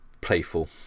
playful